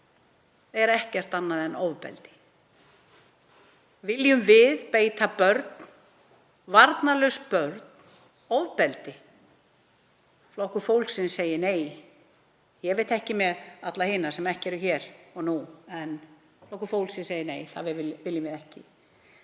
barni eru ekkert annað en ofbeldi. Viljum við beita börn, varnarlaus börn, ofbeldi? Flokkur fólksins segir nei. Ég veit ekki með alla hina sem ekki eru hér og nú, en Flokkur fólksins segir: Nei, það viljum við ekki.